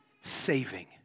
saving